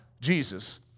Jesus